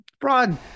broad